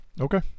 Okay